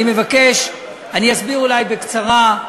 אני אסביר אולי בקצרה,